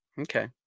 Okay